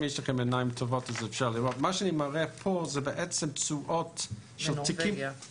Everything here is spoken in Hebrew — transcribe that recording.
מה שאני מראה לכם פה זה תשואות של תיקים